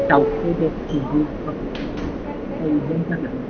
दाउखौ दस केजि औ औ बिदिनो जागोन